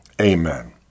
Amen